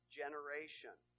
generation